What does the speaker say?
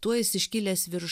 tuo jis iškilęs virš